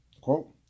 Quote